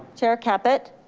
chairman caput?